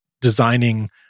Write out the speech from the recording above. designing